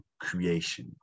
creation